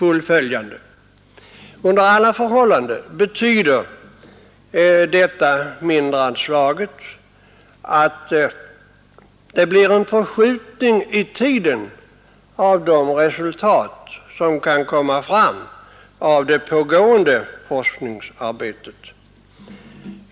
Under alla förhållanden betyder det mindre anslaget en förskjutning i tiden av de resultat som kan framkomma genom det pågående forskningsarbetet.